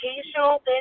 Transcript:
occasional